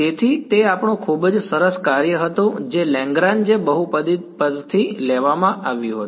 તેથી તે આપણું ખૂબ જ સરસ કાર્ય હતું જે લેન્ગ્રાન્જે બહુપદી પરથી લેવામાં આવ્યું હતું